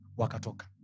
wakatoka